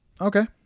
okay